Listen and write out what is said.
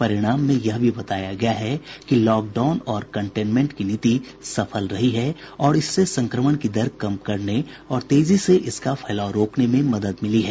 परिणाम में यह भी बताया गया है कि लॉकडाउन और कंटेनमेंट की नीति सफल रही है और इससे संक्रमण की दर कम करने और तेजी से इसका फैलाव रोकने में मदद मिली है